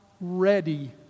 ready